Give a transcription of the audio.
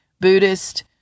Buddhist